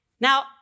Now